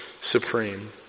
supreme